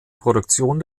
produktion